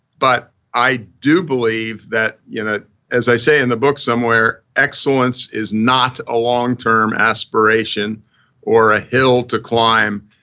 but i do believe, you know as i say in the book somewhere, excellence is not a long term aspiration or a hill to climb.